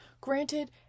Granted